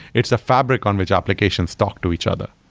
it's a fabric on which applications talk to each other.